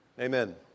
Amen